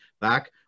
back